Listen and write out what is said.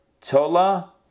Tola